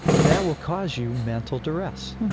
that will cause you mental duress,